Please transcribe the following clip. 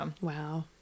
Wow